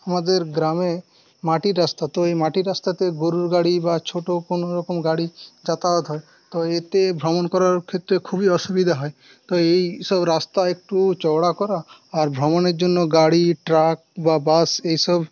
আমাদের গ্রামে মাটির রাস্তা তো এই মাটির রাস্তাতে গরুর গাড়ি বা ছোট কোনরকম গাড়ি যাতায়াত হয় তো এতে ভ্রমণ করার ক্ষেত্রে খুবই অসুবিধা হয় তো এইসব রাস্তা একটু চওড়া করা আর ভ্রমণের জন্য গাড়ি ট্রাক বা বাস এসব